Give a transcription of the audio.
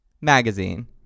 magazine